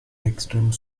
extreme